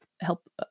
help